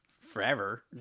forever